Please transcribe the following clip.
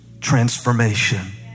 transformation